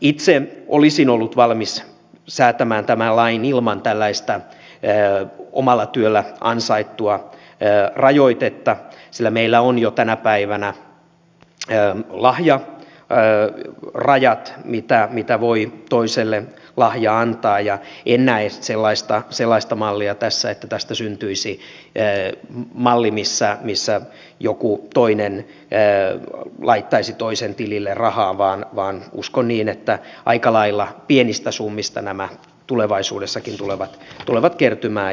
itse olisin ollut valmis säätämään tämän lain ilman tällaista omalla työllä ansaittua rajoitetta sillä meillä on jo tänä päivänä lahjarajat mitä voi toiselle lahjana antaa ja en näe sellaista tässä että tästä syntyisi malli jossa joku toinen laittaisi toisen tilille rahaa vaan uskon niin että aika lailla pienistä summista nämä tulevaisuudessakin tulevat kertymään